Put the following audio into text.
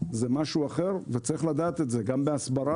זה משהו אחר וצריך לדעת את זה גם בהסברה